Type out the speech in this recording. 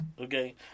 okay